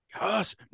Yes